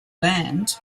land